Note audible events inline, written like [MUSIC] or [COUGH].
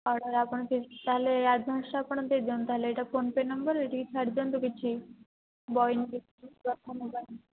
order ଆପଣ fix ତା'ହେଲେ ଆଡ଼୍ଭାନ୍ସ୍ଟା ଆପଣ ଦେଇ ଦିଅନ୍ତୁ ତା'ହେଲେ ଏଇଟା ଫୋନ୍ପେ' ନମ୍ବର୍ ଏଇଠିକୁ ଛାଡ଼ି ଦିଅନ୍ତୁ କିଛି ବଇନି [UNINTELLIGIBLE]